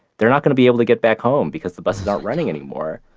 they're not going to be able to get back home because the buses aren't running anymore.